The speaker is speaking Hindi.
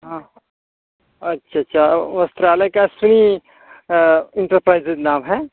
हाँ अच्छ अच्छा वस्त्रालय का सिंह इंटरप्राइजेज नाम है